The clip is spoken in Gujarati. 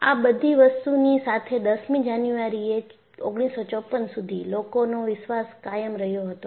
આ બધી વસ્તુની સાથે 10મી જાન્યુઆરી એ 1954 સુધી લોકો નો વિશ્વાસ કાયમ રહ્યો હતો